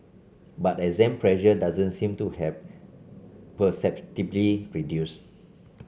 but exam pressure doesn't seem to have perceptibly reduced